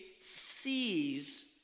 sees